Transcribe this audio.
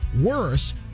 worse